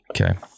okay